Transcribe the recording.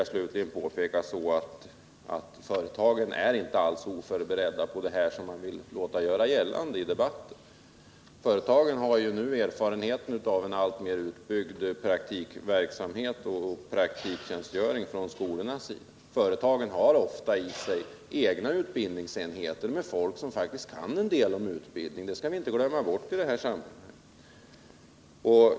Jag vill slutligen påpeka att företagen inte alls är så oförberedda på detta som man vill göra gällande i debatten. Företagen har nu erfarenhet av en alltmer utbyggd verksamhet där skolelever arbetar som praktikanter. Och företagen har ofta egna utbildningsenheter med folk som faktiskt kan en del om utbildning — det skall vi inte glömma bort i det här sammanhanget.